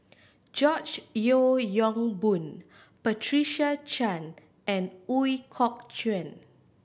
George Yeo Yong Boon Patricia Chan and Ooi Kok Chuen